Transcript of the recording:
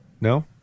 No